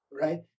right